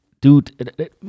dude